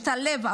משתלב,